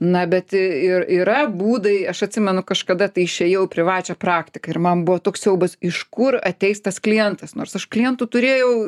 na bet ir yra būdai aš atsimenu kažkada tai išėjau į privačią praktiką ir man buvo toks siaubas iš kur ateis tas klientas nors aš klientų turėjau